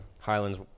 Highlands